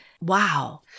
Wow